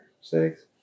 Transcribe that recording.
six